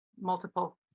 multiple